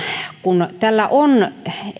kun tällä on